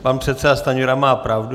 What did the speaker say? Pan předseda Stanjura má pravdu.